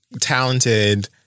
Talented